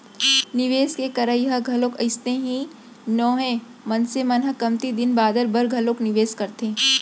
निवेस के करई ह घलोक अइसने ही नोहय मनसे मन ह कमती दिन बादर बर घलोक निवेस करथे